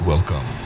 Welcome